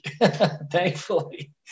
thankfully